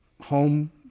home